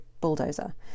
bulldozer